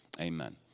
Amen